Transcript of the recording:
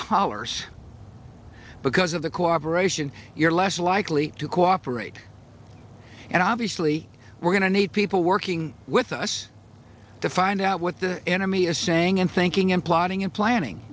dollars because of the cooperation you're less likely to cooperate and obviously we're going to need people working with us to find out what the enemy is saying and thinking and plotting and planning